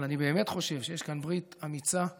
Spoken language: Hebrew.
אבל אני באמת חושב שיש כאן ברית אמיצה שהלוואי,